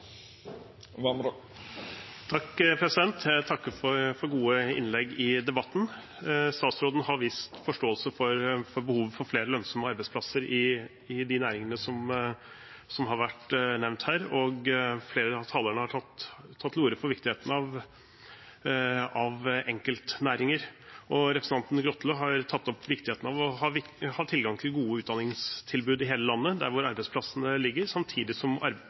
Jeg takker for gode innlegg i debatten. Statsråden har vist forståelse for behovet for flere lønnsomme arbeidsplasser i de næringene som har vært nevnt her. Flere av talerne har tatt til orde for viktigheten av enkeltnæringer, og representanten Grotle har tatt opp viktigheten av å ha tilgang til gode utdanningstilbud i hele landet, der hvor arbeidsplassene ligger, samtidig som